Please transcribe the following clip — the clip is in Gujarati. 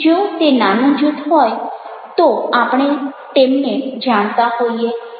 જો તે નાનું જૂથ હોય તો આપણે તેમને જાણતા હોઈએ